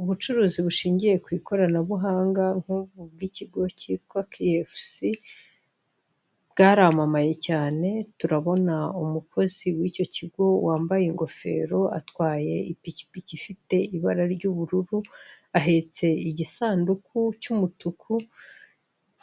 Ubucuruzi bunshingiye ku ikoranabuhanga nk'ubu bw'ikigo cyitwa kiriyebusi, bwaramamaye cyane, turabona umukozi w'icyo kigo, wambaye ingofero atwaye ipikipii ifite ibara ry'ubururu, ahetse igisanduku cy'umutuku